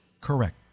correct